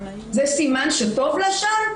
זה סימן שטוב לה שם?